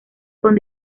con